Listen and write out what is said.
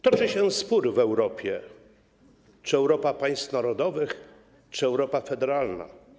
Toczy się spór w Europie, czy Europa państw narodowych, czy Europa federalna.